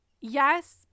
yes